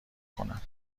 کنم